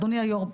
אדוני היושב-ראש.